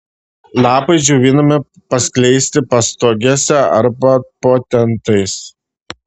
lapai džiovinami paskleisti pastogėse arba po tentais